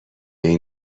این